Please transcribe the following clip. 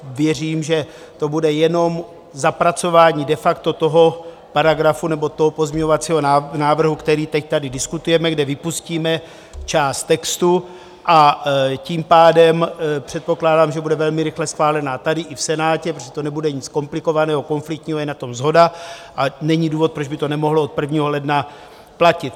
Věřím, že to bude jenom zapracování de facto toho paragrafu nebo toho pozměňovacího návrhu, který teď tady diskutujeme, kde vypustíme část textu, a tím pádem předpokládám, že bude velmi rychle schválená tady i v Senátě, protože to nebude nic komplikovaného, konfliktního, je na tom shoda a není důvod, proč by to nemohlo od 1. ledna platit.